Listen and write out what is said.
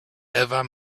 ever